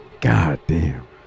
Goddamn